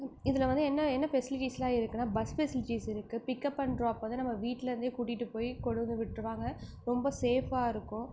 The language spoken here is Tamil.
இதில் வந்து என்ன என்ன ஃபெஸிலிட்டீஸெலாம் இருக்குனால் பஸ் ஃபெஸிலிட்டீஸ் இருக்குது பிக்கப் அண்ட் ட்ராப் வந்து நம்ம வீட்டில் இருந்தே கூட்டிட்டு போய் கொண்டு வந்து விட்டுருவாங்க ரொம்ப சேஃப்பாக இருக்கும்